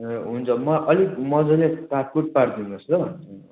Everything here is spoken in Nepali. ए हुन्छ म अलिक मजाले काटकुट पारिदिनुहोस् ल